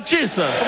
Jesus